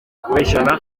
kubeshyerana